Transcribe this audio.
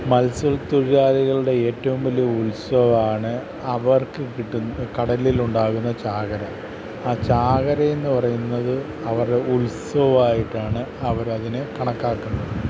മത്സ്യത്തൊഴിലാളികളുടെ ഏറ്റവും വലിയ ഉത്സവമാണ് അവർക്ക് കിട്ടുന്ന കടലിലുണ്ടാകുന്ന ചാകര ആ ചാകരയെന്നു പറയുന്നത് അവരുടെ ഉത്സമായിട്ടാണ് അവർ അതിനെ കണക്കാക്കുന്നത്